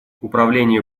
управление